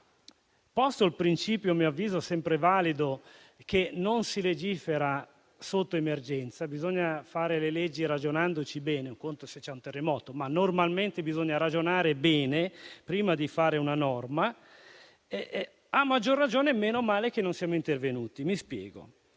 Posto il principio, a mio avviso sempre valido, per cui non si legifera sotto emergenza, bisogna fare le leggi ragionandoci bene. Un conto è se c'è un terremoto, ma normalmente bisogna ragionare bene prima di fare una norma. A maggior ragione, mi viene da dire meno male che non siamo intervenuti. La norma